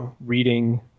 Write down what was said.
reading